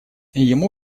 ему